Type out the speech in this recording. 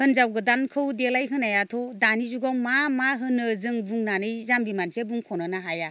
हिन्जाव गोदानखौ देलाय होनायाथ' दानि जुगाव मा मा होनो जों बुंनानै जामबि मानसिया बुंख'नोनो हाया